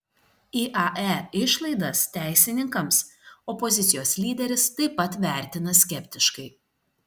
iae išlaidas teisininkams opozicijos lyderis taip pat vertina skeptiškai